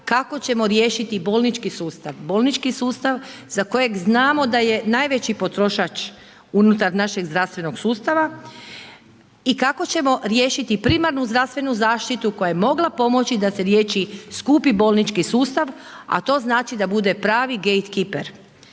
kako ćemo riješiti bolnički sustav, bolnički sustav za kojeg znamo da je najveći potrošač unutar našeg zdravstvenog sustava. I kako ćemo riješiti primarnu zdravstvenu zaštitu koja je mogla pomoći da se riješi skupi bolnički sustav, a to znači da bude pravi gejt kiper.